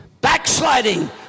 Backsliding